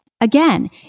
Again